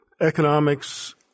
economics